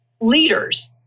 leaders